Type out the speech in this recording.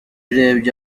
urebye